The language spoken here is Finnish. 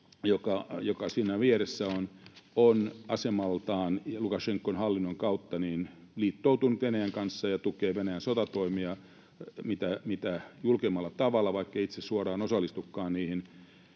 joka siinä vieressä on, on asemaltaan ja Lukašenkan hallinnon kautta liittoutunut Venäjän kanssa ja tukee Venäjän sotatoimia mitä julkeimmalla tavalla, vaikkei itse suoraan osallistukaan niihin.